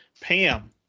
Pam